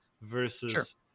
versus